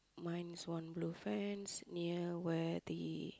mine is one blue fence in the thingy